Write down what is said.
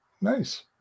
nice